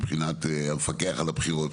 מבחינת המפקח על הבחירות,